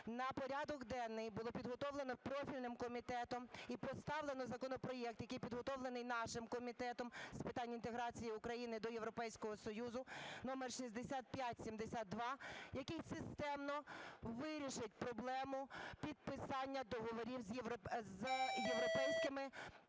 на порядок денний було підготовлено профільним комітетом і поставлено законопроект, який підготовлений нашим Комітетом з питань інтеграції України до Європейського Союзу, № 6572, який системно вирішить проблему підписання договорів з європейськими